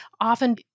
often